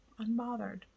unbothered